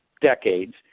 decades